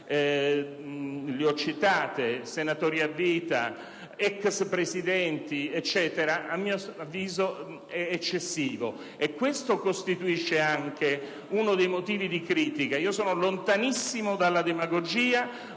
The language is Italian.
che ho citato - senatori a vita, ex Presidenti e quant'altro - è eccessivo. Questo costituisce anche un motivo di critica. Io sono lontanissimo dalla demagogia,